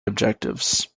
objectives